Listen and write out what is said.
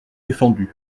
défendu